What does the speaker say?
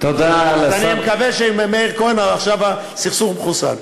אז אני מקווה שעם מאיר כהן עכשיו הסכסוך מחוסל.